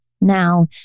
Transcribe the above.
Now